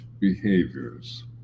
behaviors